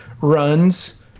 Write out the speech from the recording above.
runs